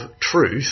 truth